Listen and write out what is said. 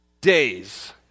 days